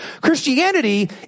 Christianity